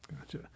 Gotcha